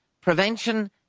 prevention